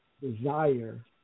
desire